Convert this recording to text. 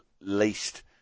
least